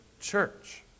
church